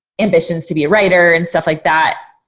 ambitions to be a writer and stuff like that.